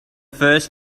first